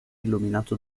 illuminato